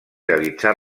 realitzà